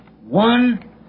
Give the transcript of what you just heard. one